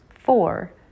Four